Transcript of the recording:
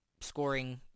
scoring